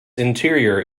interior